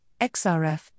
XRF